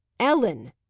ellen!